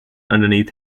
underneath